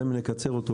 גם אם נקצר אותו,